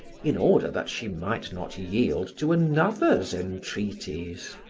in order that she might not yield to another's entreaties.